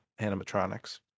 animatronics